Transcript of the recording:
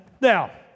Now